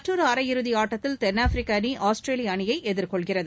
மற்றொரு அரையிறுதி ஆட்டத்தில் தென்ஆப்பிரிக்க அணி ஆஸ்திரேலிய அணியை எதிர்கொள்கிறது